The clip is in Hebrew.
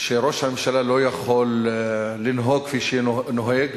וראש הממשלה לא יכול לנהוג כפי שהוא נוהג,